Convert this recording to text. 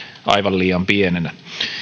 aivan liian pienenä